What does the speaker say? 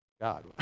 God